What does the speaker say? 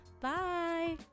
Bye